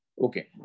okay